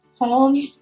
home